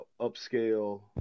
upscale